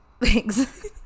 Thanks